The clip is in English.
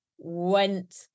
went